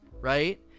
right